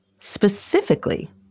specifically